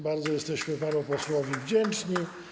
Bardzo jesteśmy panu posłowi wdzięczni.